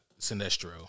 Sinestro